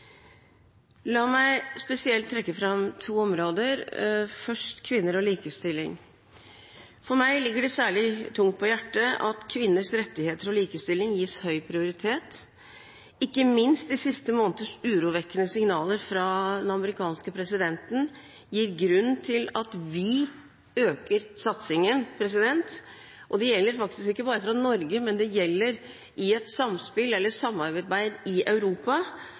La meg spesielt trekke fram to områder. Først kvinner og likestilling. Meg ligger det særlig tungt på hjertet at kvinners rettigheter og likestilling gis høy prioritet. Ikke minst de siste måneders urovekkende signaler fra den amerikanske presidenten gir grunn til å øke satsingen. Det gjelder ikke bare fra Norge, det gjelder i et samspill eller samarbeid i Europa